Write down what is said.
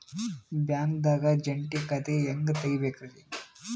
ಬ್ಯಾಂಕ್ದಾಗ ಜಂಟಿ ಖಾತೆ ಹೆಂಗ್ ತಗಿಬೇಕ್ರಿ?